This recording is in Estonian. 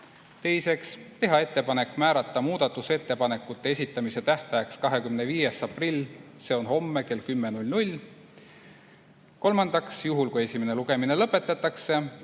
Teiseks, teha ettepanek määrata muudatusettepanekute esitamise tähtajaks 25. aprill, see on homme, kell 10. Kolmandaks, juhul kui esimene lugemine lõpetatakse,